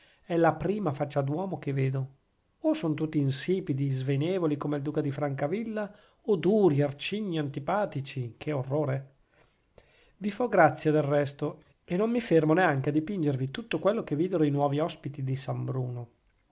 è la prima faccia d'uomo che vedo o son tutti insipidi svenevoli come il duca di francavilla o duri arcigni antipatici che orrore vi fo grazia del resto e non mi fermo neanche a dipingervi tutto quello che videro i nuovi ospiti di san bruno